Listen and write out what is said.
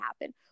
happen